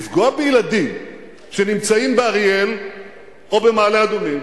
לפגוע בילדים שנמצאים באריאל או במעלה-אדומים